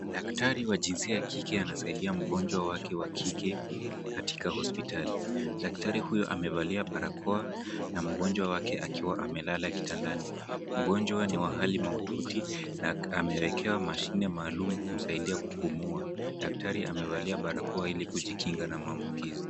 Daktari wa jinsia ya kike anasaidia mgonjwa wake wa jinsia ya kike katika hospitali. Daktari huyo amevalia barakoa na mgonjwa wake akiwa amelala kitandani. Mgonjwa ni wa hali mahututi na amewekewa mashine maluum kumsaidia kupumua. Daktari amevalia barakoa ili kujikinga na maambukizi.